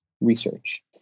research